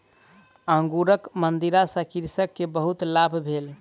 अंगूरक मदिरा सॅ कृषक के बहुत लाभ भेल